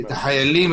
את החיילים,